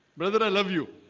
brother. i love you.